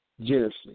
generously